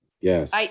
Yes